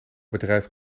bedrijf